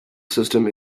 system